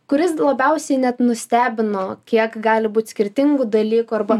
kuris labiausiai net nustebino kiek gali būt skirtingų dalykų arba